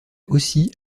aussi